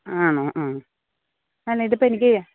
ആണോ ആ കാരണം ഇത് ഇപ്പോൾ എനിക്ക്